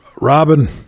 Robin